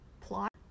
plot